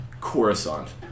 Coruscant